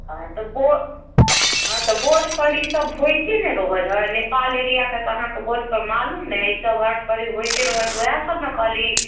हँ तऽ बो हँ तऽ बोट पर ई सब होयते ने रहैत छै नेपाल एरिआ कऽ तऽ अहाँकऽ बोट पर मालूम नहि हय ई सब हट घड़ी होयते रहै ओएह सब ने कहली